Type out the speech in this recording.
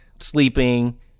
sleeping